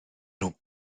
nhw